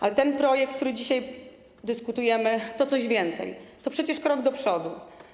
Ale ten projekt, nad którym dzisiaj dyskutujemy, to coś więcej, to przecież krok do przodu.